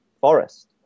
forest